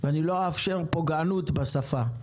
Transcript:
ואני לא אאפשר פוגענות בשפה.